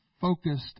focused